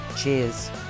cheers